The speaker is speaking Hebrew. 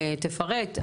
תכף תפרט,